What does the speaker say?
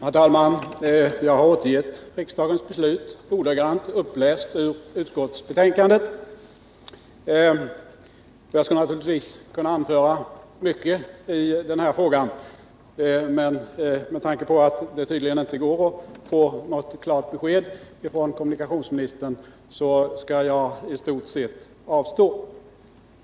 Herr talman! Jag har återgett riksdagens beslut, ordagrant uppläst ur utskottsbetänkandet. Naturligtvis skulle man kunna anföra mycket i denna fråga, men med tanke på att det tydligen inte går att få något klart besked från kommunikationsministern skall jag i stort sett avstå.